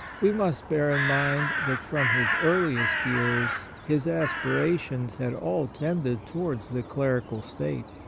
we must bear in mind that from his earliest years his aspirations had all tended towards the clerical state.